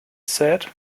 said